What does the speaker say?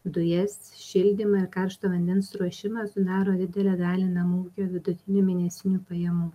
dujas šildymą ir karšto vandens ruošimą sudaro didelę dalį namų ūkio vidutinių mėnesinių pajamų